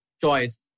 choice